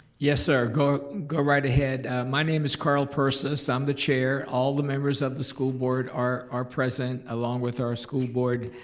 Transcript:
yes sir, go and go right ahead, my name is carl persis, i'm the chair. all the members of the school board are present, along with our school board